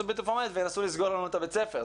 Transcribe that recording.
הבלתי פורמאלית וינסו לסגור לנו את הבית ספר.